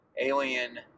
alien